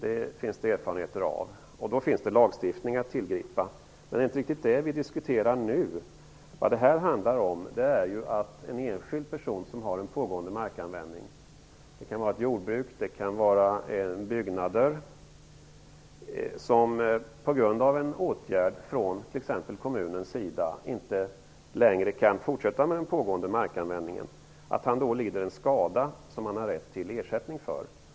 Det finns det erfarenhet av. Då finns det lagstiftning att tillgripa. Men det är inte riktigt det som vi nu diskuterar. Det här handlar ju om att en enskild person som har en pågående markanvändning - det kan vara ett jordbruk eller byggnader - och som på grund av en åtgärd från t.ex. kommunen inte längre kan fortsätta med den pågående markanvändningen, lider en skada som han har rätt till ersättning för.